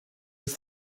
was